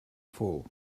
fall